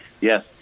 Yes